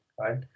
right